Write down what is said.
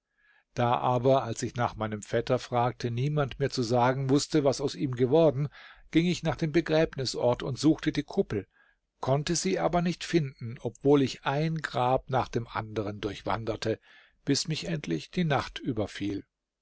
da aber als ich nach meinem vetter fragte niemand mir zu sagen wußte was aus ihm geworden ging ich nach dem begräbnisort und suchte die kuppel konnte sie aber nicht finden obwohl ich ein grab nach dem anderen durchwanderte bis mich endlich die nacht überfiel